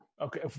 Okay